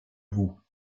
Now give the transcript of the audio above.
vous